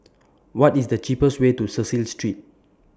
What IS The cheapest Way to Cecil Street